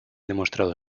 demostrado